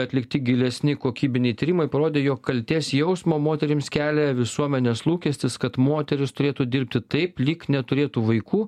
atlikti gilesni kokybiniai tyrimai parodė jog kaltės jausmą moterims kelia visuomenės lūkestis kad moteris turėtų dirbti taip lyg neturėtų vaikų